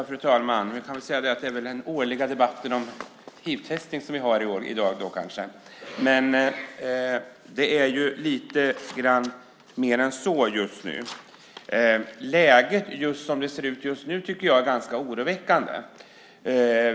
Fru talman! Vi kan väl säga att det kanske är den årliga debatten om hivtestning som vi har i dag. Men det är lite mer än så just nu. Läget just nu är ganska oroväckande.